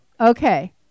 Okay